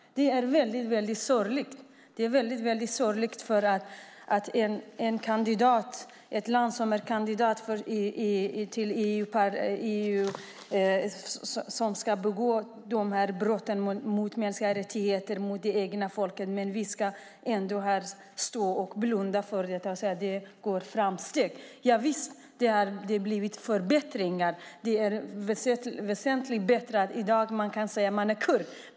Det är väldigt sorgligt att ett land som är kandidat till EU begår de brotten mot mänskliga rättigheter och mot det egna folket. Ändå ska vi stå här och blunda för det och säga att det görs framsteg. Visst har det blivit förbättringar. Det är väsentligt bättre. Man kan i dag säga att man är kurd.